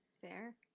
Fair